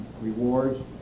rewards